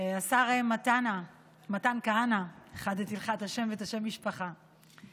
השר מתן כהנא, אני